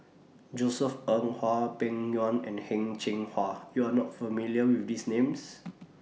Josef Ng Hwang Peng Yuan and Heng Cheng Hwa YOU Are not familiar with These Names